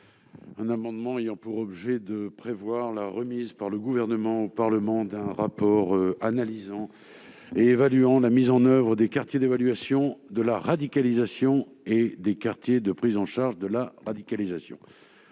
cet amendement, vous prévoyez la remise par le Gouvernement au Parlement d'un rapport analysant et évaluant la mise en oeuvre des quartiers d'évaluation de la radicalisation et des quartiers de prise en charge de la radicalisation.